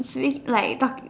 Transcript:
you see like talk